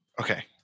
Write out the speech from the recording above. Okay